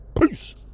peace